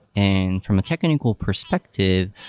and from a technical perspective,